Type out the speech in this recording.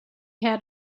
had